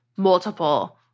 multiple